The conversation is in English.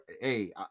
Hey